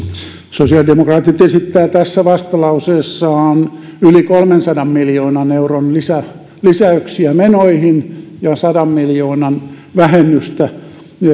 sosiaalidemokraatit esittävät tässä vastalauseessaan yli kolmensadan miljoonan euron lisäyksiä menoihin ja sadan miljoonan vähennystä